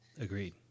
agreed